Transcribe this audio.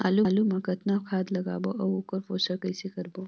आलू मा कतना खाद लगाबो अउ ओकर पोषण कइसे करबो?